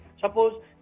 suppose